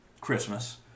Christmas